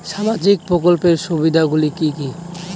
সামাজিক প্রকল্পের সুবিধাগুলি কি কি?